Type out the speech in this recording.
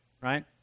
right